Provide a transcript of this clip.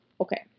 Okay